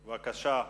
בבקשה.